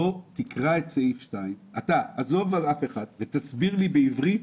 בוא תקרא את סעיף 2 ותסביר לי בעברית